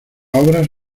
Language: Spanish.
obras